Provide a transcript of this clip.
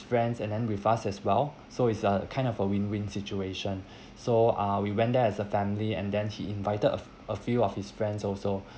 friends and then with us as well so it's a kind of a win win situation so uh we went there as a family and then he invited a a few of his friends also